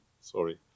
Sorry